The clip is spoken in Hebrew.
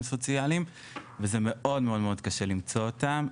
סוציאליים וזה מאוד מאוד קשה למצוא אותם,